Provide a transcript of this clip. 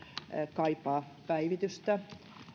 kaipaa päivitystä